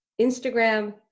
Instagram